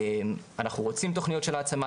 אנחנו רוצים תוכניות של העצמה,